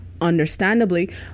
understandably